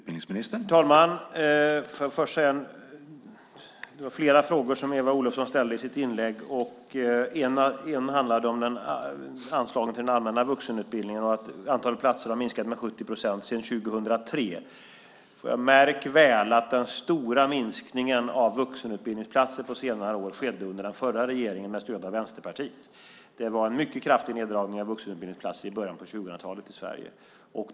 Herr talman! Det var flera frågor som Eva Olofsson ställde i sitt inlägg. En handlade om anslagen till den allmänna vuxenutbildningen och att 70 procent av kommunerna har minskat antalet platser sedan år 2003. Märk väl att den stora minskningen av vuxenutbildningsplatser på senare år skedde under den förra regeringen med stöd av Vänsterpartiet. Det var en mycket kraftig neddragning av antalet vuxenutbildningsplatser i början på 2000-talet i Sverige.